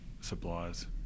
suppliers